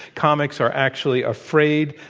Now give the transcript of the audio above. comics are actually afraid.